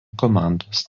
komandos